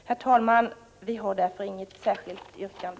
Herr talman! Vi har inget särskilt yrkande.